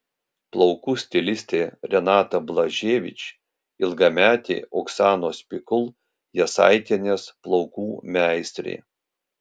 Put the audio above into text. plaukų stilistė renata blaževič ilgametė oksanos pikul jasaitienės plaukų meistrė